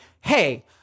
hey